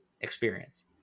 experience